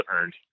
earned